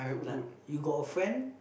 like you got a friend